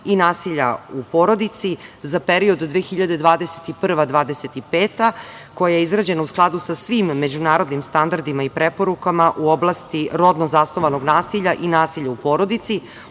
i nasilja u porodici za period 2021-2025. godine koja je izrađena u skladu sa svim međunarodnim standardima i preporukama u oblasti rodno zasnovanog nasilja i nasilja u porodici,